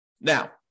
Now